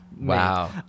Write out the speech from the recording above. Wow